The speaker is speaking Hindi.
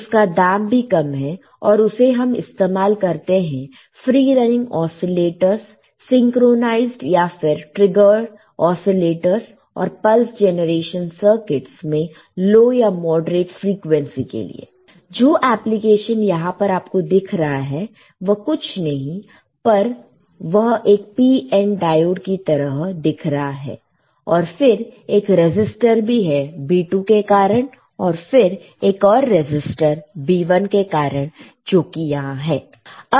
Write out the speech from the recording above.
उसका दाम भी कम है और उसे हम इस्तेमाल करते हैं फ्री रनिंग ऑसीलेटरस सिंक्रोनाइजड या फिर ट्रिगर ऑसीलेटरस और पल्स जेनरेशन सर्किटस में लो या मॉडरेट फ्रीक्वेंसी के लिए जो एप्लीकेशन यहां पर आपको दिख रहा है वह कुछ नहीं है पर वह एक PN डायोड की तरह दिख रहा है और फिर एक रेसिस्टर भी है B2 के कारण और फिर एक और रेसिस्टर B1 के कारण जो कि यहां है